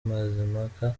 mazimpaka